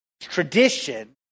Tradition